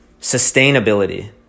sustainability